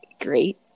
great